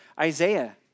Isaiah